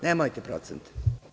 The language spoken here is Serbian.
Nemojte procente.